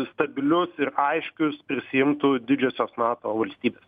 stabilius ir aiškius prisiimtų didžiosios nato valstybės